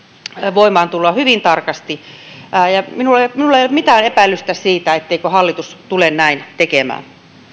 voimaantuloa hyvin tarkasti minulla ei ole mitään epäilystä siitä etteikö hallitus tule näin tekemään